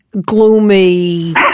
gloomy